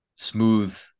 smooth